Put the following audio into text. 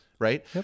Right